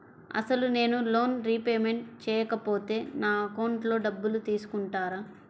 అసలు నేనూ loan repayment చేయకపోతే నా అకౌంట్లో డబ్బులు తీసుకుంటారా?